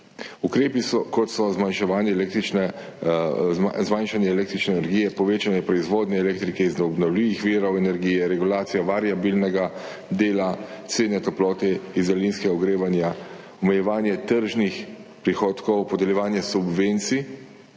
električne, zmanjšanje električne energije, povečanje proizvodnje elektrike iz obnovljivih virov energije, regulacija variabilnega dela cene toplote iz daljinskega ogrevanja, omejevanje tržnih prihodkov, podeljevanje subvencij